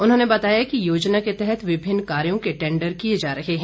उन्होंने बताया कि योजना के तहत विभिन्न कार्यो के टेंडर किये जा रहे हैं